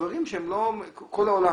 דברים שבכל העולם,